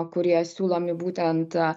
kurie siūlomi būtent